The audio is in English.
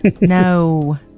No